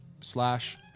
slash